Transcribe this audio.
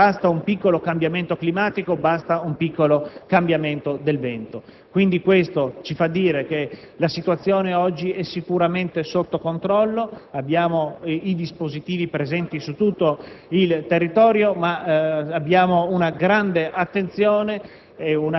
sufficiente un piccolo cambiamento climatico, un piccolo mutamento del vento. Questo ci fa dire che la situazione oggi è sicuramente sotto controllo. Abbiamo i dispositivi presenti su tutto il territorio, ma c'è da parte nostra grande attenzione